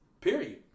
period